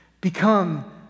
become